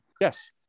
Yes